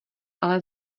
ale